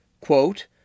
quote